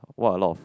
what a lot of